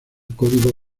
código